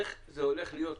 איך זה הולך להיות,